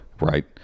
Right